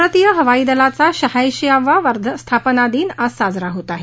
भारतीय हवाई दलाचा शहाऐशीवा स्थापना दिन आज साजरा होत आहे